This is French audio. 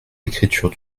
l’écriture